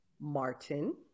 Martin